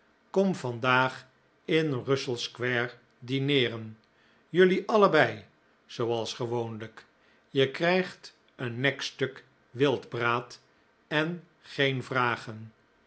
kom vandaag in russell square dineeren jelui allebei zooals gewoonlijk je krijgt een nekstuk wildbraad en geen vragen